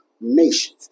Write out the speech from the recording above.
nations